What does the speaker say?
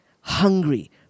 hungry